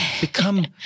become